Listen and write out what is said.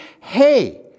hey